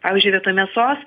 pavyzdžiui vietoj mesos